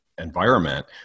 environment